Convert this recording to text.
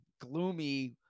gloomy